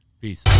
Peace